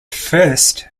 first